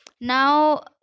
Now